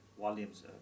volumes